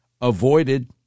avoided